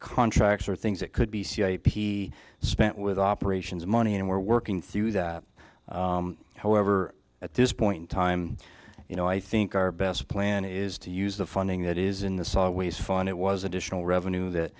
contracts are things that could be be spent with operations money and we're working through that however at this point time you know i think our best plan is to use the funding that is in the subways fund it was additional revenue